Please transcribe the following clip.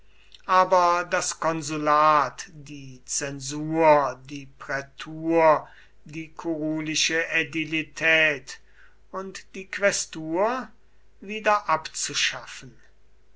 aber das konsulat die zensur die prätur die kurulische ädilität und die quästur